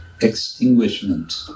extinguishment